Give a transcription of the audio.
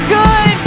good